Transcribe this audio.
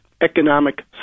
economic